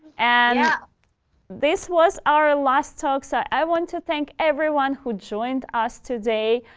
and yeah this was our last talk, so i want to thank everyone who joined us today,